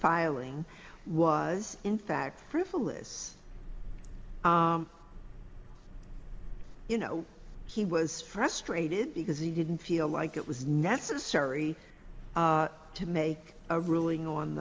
filing was in fact frivolous you know he was frustrated because he didn't feel like it was necessary to make a ruling on